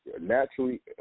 naturally